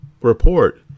report